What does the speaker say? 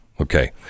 Okay